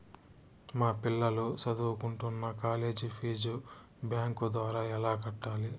మా పిల్లలు సదువుకుంటున్న కాలేజీ ఫీజు బ్యాంకు ద్వారా ఎలా కట్టాలి?